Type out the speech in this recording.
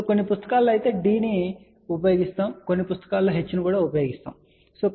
కొన్ని పుస్తకాలు d చిహ్నాన్ని ఉపయోగిస్తాయని కొన్ని పుస్తకాలు h చిహ్నాన్ని ఉపయోగిస్తాయని నేను చెప్పాలనుకుంటున్నాను